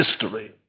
history